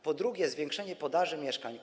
Po drugie, zwiększenie podaży mieszkań.